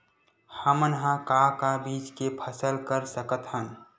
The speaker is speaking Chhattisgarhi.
हमन ह का का बीज के फसल कर सकत हन?